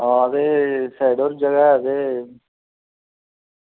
हां ते साइड उप्पर जगह ऐ ते